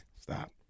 Stop